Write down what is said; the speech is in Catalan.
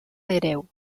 hereu